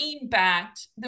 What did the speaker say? impact